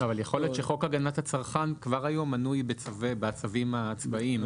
אבל יכול להיות שחוק הגנת הצרכן כבר היום מנוי בצווים הצבאיים.